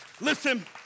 listen